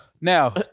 Now